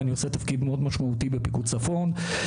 אני עושה תפקיד מאוד משמעותי בפיקוד צפון,